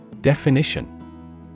Definition